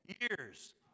years